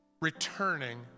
returning